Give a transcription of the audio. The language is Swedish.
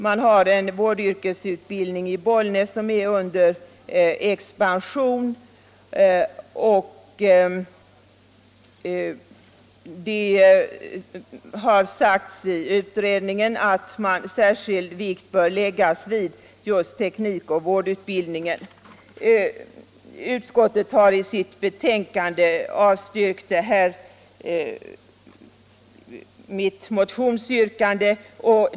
Man har en vårdyrkesutbildning i Bollnäs som är under expansion, och det har sagts i utredningen att särskild vikt bör läggas vid just teknikoch vårdutbildning i den mellersta utbildningsregionen som Bollnäs tillhör. Utskottet har i sitt betänkande avstyrkt mitt motionsyrkande.